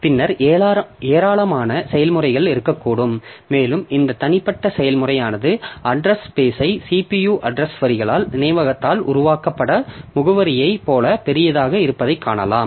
பின்னர் ஏராளமான செயல்முறைகள் இருக்கக்கூடும் மேலும் இந்த தனிப்பட்ட செயல்முறையானது அட்றஸ் ஸ்பேஸ் ஐ CPU அட்றஸ் வரிகளால் நினைவகத்தால் உருவாக்கப்பட்ட முகவரியைப் போல பெரியதாக இருப்பதைக் காணலாம்